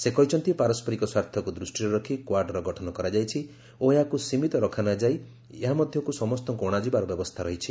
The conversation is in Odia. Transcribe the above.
ସେ କହିଛନ୍ତି ପାରସ୍କରିକ ସ୍ୱାର୍ଥକୁ ଦୃଷ୍ଟିରେ ରଖି କ୍ୱାଡ୍ର ଗଠନ କରାଯାଇଛି ଓ ଏହାକୁ ସୀମିତ ରଖାନଯାଇ ଏହାମଧ୍ୟକୁ ସମସ୍ତଙ୍କୁ ଅଶାଯିବାର ବ୍ୟବସ୍ଥା ରହିଛି